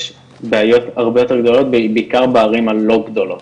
בעיות הרבה יותר גדולות בעיקר בערים הלא גדולות.